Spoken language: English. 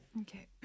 Okay